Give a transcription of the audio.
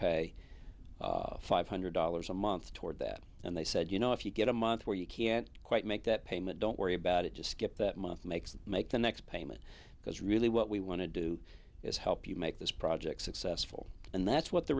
pay five hundred dollars a month toward that and they said you know if you get a month where you can't quite make that payment don't worry about it just skip that month makes make the next payment because really what we want to do is help you make this project successful and that's what the